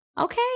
Okay